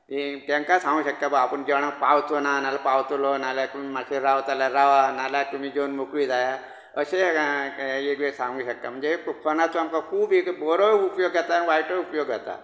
ती तेंकां सांगूक शकतात बाबा आपूण जेवणाक पावचो ना नाजाल्यार पावतलो नाजाल्यार मातशें रावता जाल्यार रावा नाजाल्यार तुमी जेवन मेकळीं जायात अशें एकवेळ सांगूंक शकता म्हणजे फॉनाचो आमकां खूब एक बरोय उपयोग येता आनी वायटूय उपयोग येता